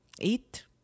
eat